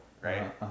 right